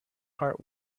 heart